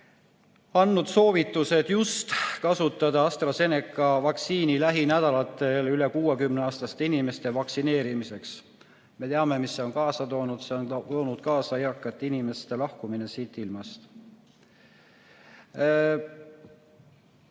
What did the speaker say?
andnud soovituse kasutada AstraZeneca vaktsiini just üle 60-aastaste inimeste vaktsineerimiseks. Me teame, mida see on kaasa toonud, see on toonud kaasa eakate inimeste lahkumise siit ilmast.